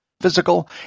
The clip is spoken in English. physical